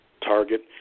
target